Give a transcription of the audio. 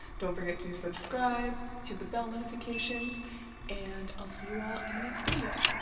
don't forget to subscribe hit the bell notification and i'll see you all in the next video